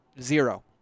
Zero